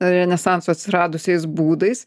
renesanso atsiradusiais būdais